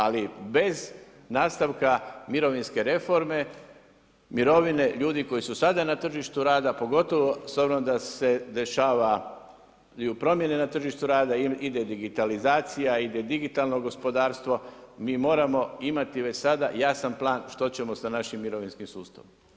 Ali bez nastavka mirovinske reforme mirovine ljudi koji su sada na tržištu rada pogotovo s obzirom da se dešavaju promjene na tržištu rada, ide digitalizacija, ide digitalno gospodarstvo mi moramo imati već sada jasan plan što ćemo sa našim mirovinskim sustavom.